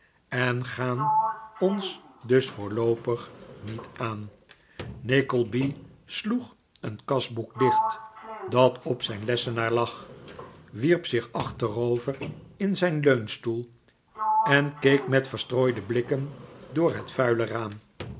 en gaan ons dus voorloopig niet aan nickleby sloeg een kasboek dicht dat op zijn lessenaar lag wierp zich achterover in zijn leunstoel en keek met verstrooide blikken door het vuile raam